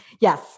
Yes